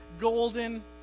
golden